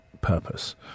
purpose